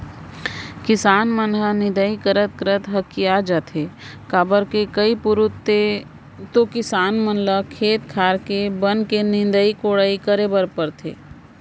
किसान मन ह निंदई करत करत हकिया जाथे काबर के कई पुरूत के तो किसान मन ल खेत खार के बन के निंदई कोड़ई करे बर परथे